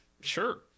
Sure